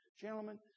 Gentlemen